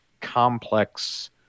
complex